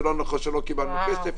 זה לא נכון שלא קיבלנו כסף.